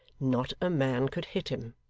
not a man could hit him.